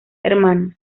hermanos